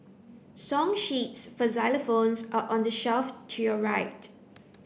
song sheets for xylophones are on the shelf to your right